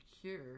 cure